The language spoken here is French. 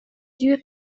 dur